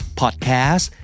podcast